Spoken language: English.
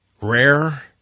rare